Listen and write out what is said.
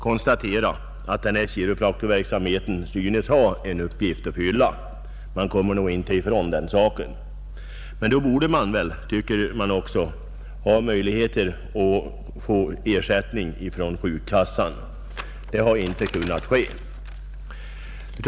Chiropraktorerna synes därför ha en uppgift att fylla. Det kommer man nog inte ifrån. Och då tycker jag att patienterna också borde kunna få ersättning från sjukkassan. Så har emellertid inte kunnat ske hittills.